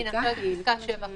אבל זה לא קשור לירוק, זה הרי סגר